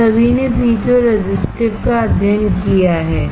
हम सभी ने पीज़ोरेसिस्टिवका अध्ययन किया है